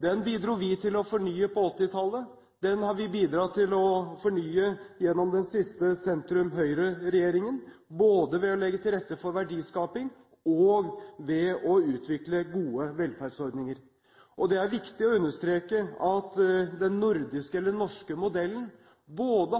Den bidro vi til å fornye på 1980-tallet. Den har vi bidratt til å fornye gjennom den siste sentrum–Høyre-regjeringen, både ved å legge til rette for verdiskaping og ved å utvikle gode velferdsordninger. Det er viktig å understreke at den nordiske – eller den norske – modellen